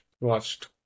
watched